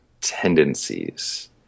tendencies